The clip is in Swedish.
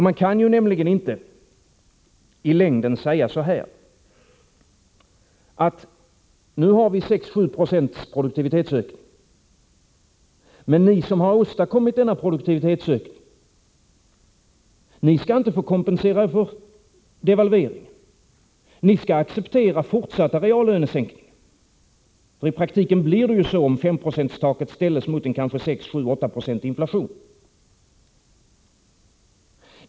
Man kan nämligen inte i längden säga så här: Nu har vi 6-7 90 produktivitetsökning. Men ni som har åstadkommit denna produktivitetsökning skall inte få kompensera er för devalveringen, utan ni skall acceptera fortsatta reallönesänkningar — i praktiken blir det ju så om S-procentstaket ställs mot en inflation på kanske 6-7 70.